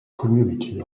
community